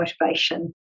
motivation